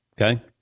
Okay